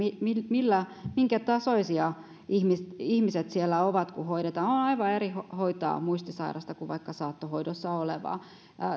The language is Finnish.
minkä tasoisia ihmiset ihmiset siellä ovat kun hoidetaan on aivan eri hoitaa muistisairasta kuin vaikka saattohoidossa olevaa